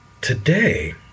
today